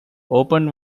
open